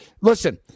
listen